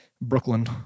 Brooklyn